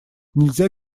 нельзя